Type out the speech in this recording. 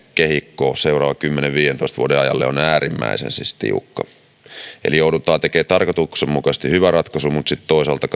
kehikko seuraavan kymmenen viidentoista vuoden ajalle on äärimmäisen tiukka eli joudutaan tekemään tarkoituksenmukaisesti hyvä ratkaisu mutta sitten toisaalta